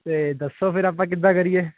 ਤਾਂ ਦੱਸੋ ਫ਼ਿਰ ਆਪਾਂ ਕਿੱਦਾਂ ਕਰੀਏ